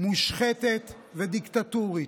מושחתת ודיקטטורית.